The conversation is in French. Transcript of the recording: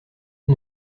eux